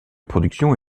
production